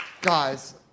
guys